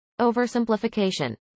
Oversimplification